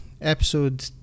episode